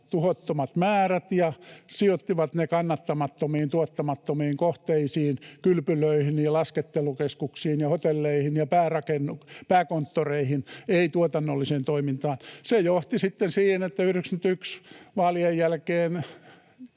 tuhottomat määrät, ja sijoittivat ne kannattamattomiin, tuottamattomiin kohteisiin — kylpylöihin ja laskettelukeskuksiin ja hotelleihin ja pääkonttoreihin — eikä tuotannolliseen toimintaan. Se johti sitten siihen, että 1991 vaalien jälkeen